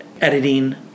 editing